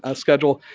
ah schedule.